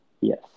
Yes